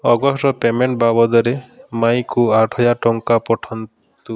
ଅଗଷ୍ଟର payment ବାବଦରେ ମାଇଁଙ୍କୁ ଆଠ ହଜାର ଟଙ୍କା ପଠାନ୍ତୁ